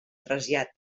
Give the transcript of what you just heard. trasllat